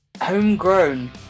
Homegrown